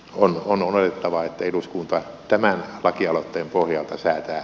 on huomioitava että eduskunta tämän lakialoitteen pohjalta sääntö